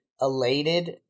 elated